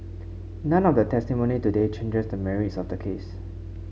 none of the testimony today changes the merits of the case